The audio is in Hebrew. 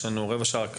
יש לנו רבע שעה.